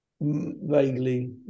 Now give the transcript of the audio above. vaguely